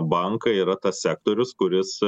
bankai yra tas sektorius kuris